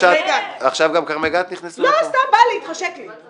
עכשיו גם כרמי גת נכנסו לפה.